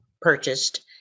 purchased